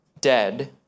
dead